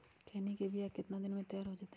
खैनी के बिया कितना दिन मे तैयार हो जताइए?